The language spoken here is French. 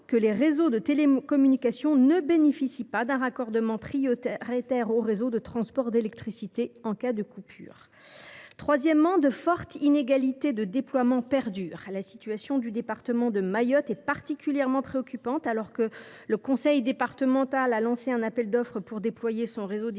que les réseaux de télécommunications ne bénéficient pas d’un raccordement prioritaire au réseau de transport d’électricité en cas de coupure. Par ailleurs, de fortes inégalités de déploiement perdurent. La situation du département de Mayotte est particulièrement préoccupante à cet égard. Alors que le conseil départemental a lancé un appel d’offres pour déployer son réseau d’initiative